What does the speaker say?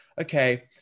okay